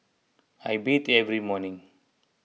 I bathe every morning